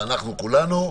ואנחנו כולנו.